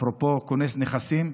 אפרופו כונס נכסים,